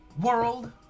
World